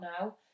now